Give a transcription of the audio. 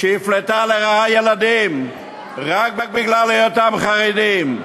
שהפלתה לרעה ילדים רק בגלל היותם חרדים,